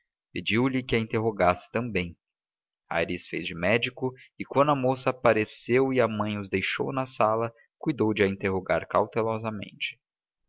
sustos pediu-lhe que a interrogasse também aires fez de médico e quando a moça apareceu e a mãe os deixou na sala cuidou de a interrogar cautelosamente